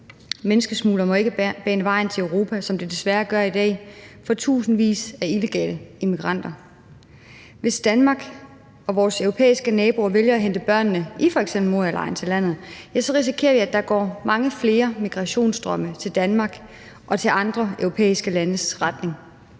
Menneskesmuglere må ikke bane vejen til Europa, som de desværre gør i dag for tusindvis af illegale immigranter. Hvis Danmark og vores europæiske naboer vælger at hente børnene i f.eks. Morialejren til landet, risikerer vi, at der går mange flere migrationsstrømme til Danmark og til andre europæiske lande. Selv